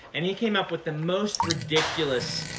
and he came up with the most ridiculous